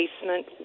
basement